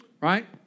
Right